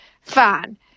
fine